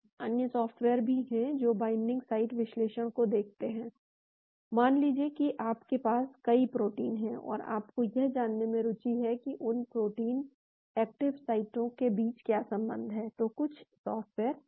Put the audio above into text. अन्य सॉफ्टवेयर्स भी हैं जो जो बाइंडिंग साइट विश्लेषण को देखते हैं मान लीजिए कि आपके पास कई प्रोटीन हैं और आपको यह जानने में रुचि है कि उन प्रोटीन एक्टिव साइटों के बीच क्या संबंध है तो कुछ सॉफ्टवेयर्स हैं